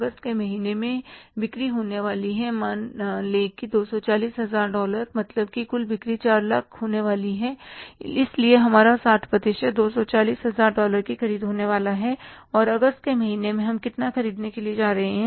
अगस्त के महीने में बिक्री होने वाली है मान ले कि 240 हजार डॉलर मतलब है कि कुल बिक्री 4 लाख होने वाली है इसलिए हमारा 60 प्रतिशत 240 हजार डॉलर की ख़रीद होने वाला है और अगस्त के महीने में हम कितना खरीदने के लिए जा रहे हैं